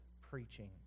preaching